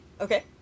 Okay